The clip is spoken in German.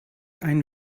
einen